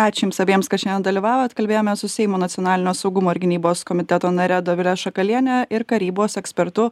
ačiū jums abiems kad šiandien dalyvavot kalbėjome su seimo nacionalinio saugumo ir gynybos komiteto nare dovile šakaliene ir karybos ekspertu